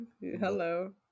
Hello